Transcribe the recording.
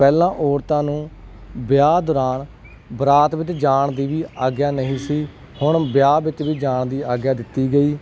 ਪਹਿਲਾਂ ਔਰਤਾਂ ਨੂੰ ਵਿਆਹ ਦੌਰਾਨ ਬਰਾਤ ਵਿੱਚ ਜਾਣ ਦੀ ਵੀ ਆਗਿਆ ਨਹੀਂ ਸੀ ਹੁਣ ਵਿਆਹ ਵਿੱਚ ਵੀ ਜਾਣ ਦੀ ਆਗਿਆ ਦਿੱਤੀ ਗਈ